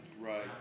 Right